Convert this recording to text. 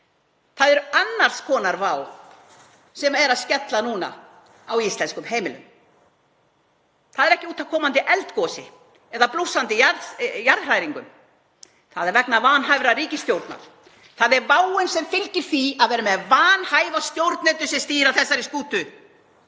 Það er annars konar vá sem er að skella núna á íslenskum heimilum. Það er ekki út af komandi eldgosi eða blússandi jarðhræringum, það er vegna vanhæfrar ríkisstjórnar. Það er váin sem fylgir því að vera með vanhæfa stjórnendur sem stýra þessari skútu,